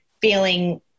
feeling